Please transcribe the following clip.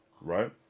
right